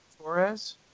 Torres